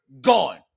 gone